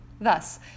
Thus